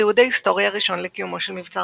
התיעוד ההיסטורי הראשון לקיומו של מבצר